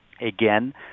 again